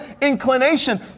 inclination